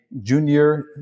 junior